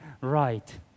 right